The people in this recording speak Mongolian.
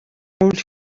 үйл